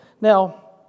Now